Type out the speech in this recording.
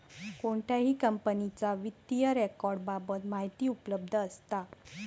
कोणत्याही कंपनीच्या वित्तीय रेकॉर्ड बाबत माहिती उपलब्ध असता